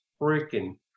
freaking